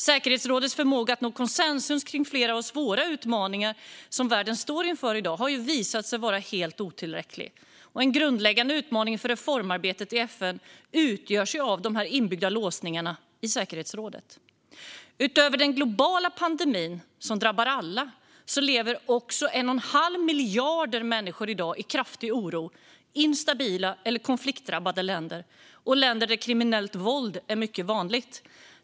Säkerhetsrådets förmåga att nå konsensus kring flera av de svåra utmaningar som världen står inför i dag har visat sig helt otillräcklig. En grundläggande utmaning för reformarbetet i FN utgörs av de inbyggda låsningarna i säkerhetsrådet. Vid sidan av den globala pandemin, som drabbar alla, lever också 1 1⁄2 miljard människor med kraftig oro, i instabila eller konfliktdrabbade länder eller länder där kriminellt våld är mycket vanligt.